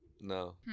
No